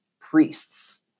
priests